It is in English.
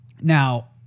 Now